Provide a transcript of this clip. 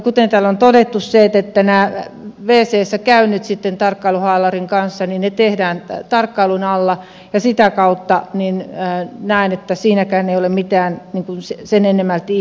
kuten täällä on todettu nämä wcssä käynnit tarkkailuhaalarin kanssa tehdään tarkkailun alla ja sitä kautta näen että siinäkään ei ole mitään sen enemmälti ihmeellistä